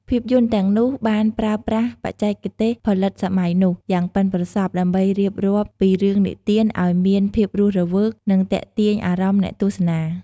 ភាពយន្តទាំងនោះបានប្រើប្រាស់ បច្ចេកទេសផលិតសម័យនោះ យ៉ាងប៉ិនប្រសប់ ដើម្បីរៀបរាប់ពីរឿងនិទានឲ្យមានភាពរស់រវើក និងទាក់ទាញអារម្មណ៍អ្នកទស្សនា។